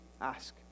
ask